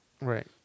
Right